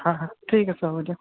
হয় হয় ঠিক আছে হ'ব দিয়ক